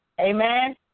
Amen